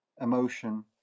emotion